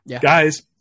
Guys